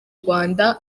rwanda